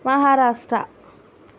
Maharashtra